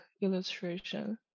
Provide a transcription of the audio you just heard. illustration